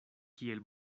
kiel